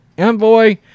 Envoy